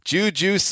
Juju